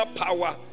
power